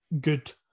good